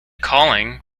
calling